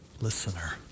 listener